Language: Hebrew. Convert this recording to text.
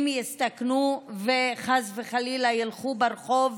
אם יסתכנו וחס וחלילה ילכו ברחוב